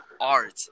art